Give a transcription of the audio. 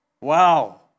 Wow